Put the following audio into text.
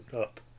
up